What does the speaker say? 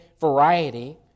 variety